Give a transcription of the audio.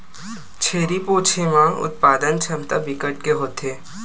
छेरी पोछे म उत्पादन छमता बिकट के होथे